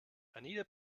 anita